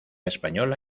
española